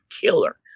killer